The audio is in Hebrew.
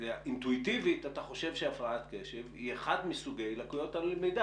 אינטואיטיבית אתה חושב שהפרעת קשב היא אחד מסוגי לקויות הלמידה.